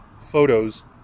photos